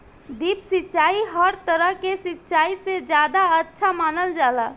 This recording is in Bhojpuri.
ड्रिप सिंचाई हर तरह के सिचाई से ज्यादा अच्छा मानल जाला